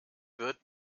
wird